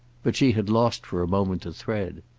but she had lost for a moment the thread.